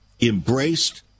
embraced